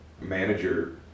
manager